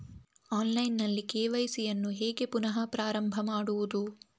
Online ನಲ್ಲಿ KYC ಯನ್ನು ಹೇಗೆ ಪುನಃ ಪ್ರಾರಂಭ ಮಾಡುವುದು?